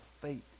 faith